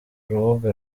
rubuga